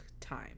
time